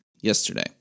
yesterday